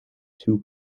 two